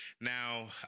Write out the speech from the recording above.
Now